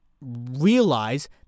realize